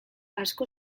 asko